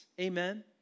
Amen